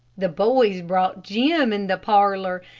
the boys brought jim in the parlor,